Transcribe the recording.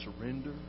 surrender